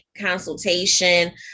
consultation